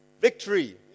victory